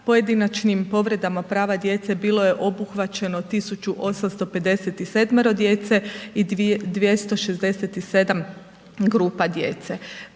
pojedinačnim povredama prava djece bilo je obuhvaćeno 1857 djece i 267 grupa djece.